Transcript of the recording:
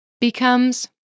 becomes